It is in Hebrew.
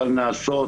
אבל נעשות